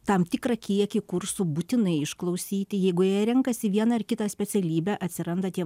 tam tikrą kiekį kursų būtinai išklausyti jeigu jie renkasi vieną ar kitą specialybę atsiranda tie